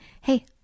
hey